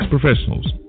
professionals